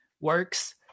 works